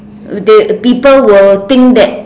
uh they people will think that